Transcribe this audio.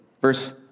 Verse